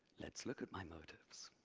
let's look at my motives.